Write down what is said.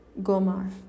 Gomar